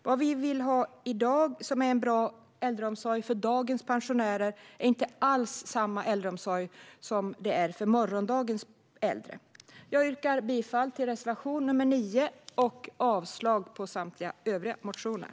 Det vi i dag anser vara en bra äldreomsorg för dagens pensionärer är inte alls samma äldreomsorg som behövs för morgondagens äldre. Jag yrkar bifall till reservation nr 9 och avslag på samtliga övriga motioner.